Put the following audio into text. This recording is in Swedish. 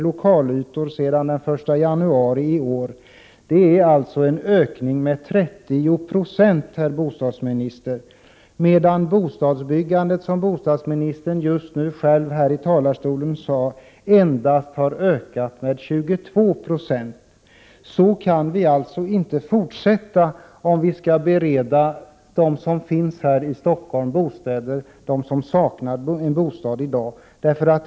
lokalytor sedan den 1 januari i år — det är alltså en ökning med 30 96, herr bostadsminister — medan bostadsbyggandet, som bostadsministern just sade i talarstolen, endast har ökat med 22 96. Så kan vi alltså inte fortsätta om vi skall kunna bereda bostad åt de människor i Stockholm som i dag saknar bostad.